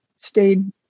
stayed